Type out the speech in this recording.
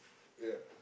ya